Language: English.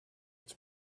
its